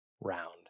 round